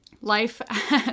Life